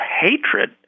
hatred